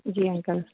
जी uncle